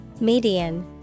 Median